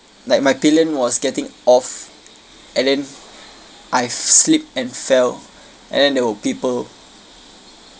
like my pillion was getting off and then I've slipped and fell and then there were people